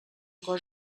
cosa